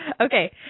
Okay